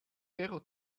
vero